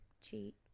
Cheat